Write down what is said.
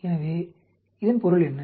எனவே இதன் பொருள் என்ன